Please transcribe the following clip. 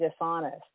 dishonest